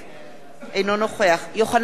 אינו נוכח יוחנן פלסנר,